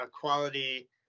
quality